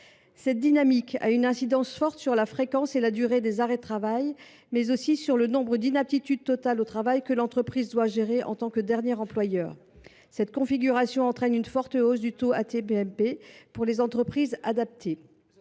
Cette dynamique a une incidence forte sur la fréquence et la durée des arrêts de travail, mais aussi sur le nombre d’inaptitudes totales au travail que l’entreprise doit gérer en tant que dernier employeur. Cette configuration entraîne une forte hausse de leur taux de cotisation